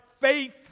faith